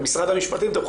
במשרד המשפטים,